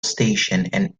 station